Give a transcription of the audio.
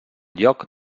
lloc